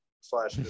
slash